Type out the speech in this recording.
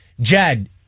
Jed